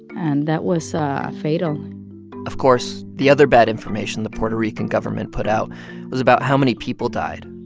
and that was fatal of course, the other bad information the puerto rican government put out was about how many people died.